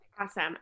Awesome